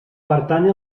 pertany